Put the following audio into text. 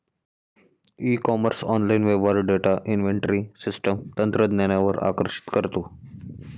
E commerce online व्यवहार data inventory system तंत्रज्ञानावर आकर्षित करतो